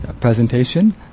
Presentation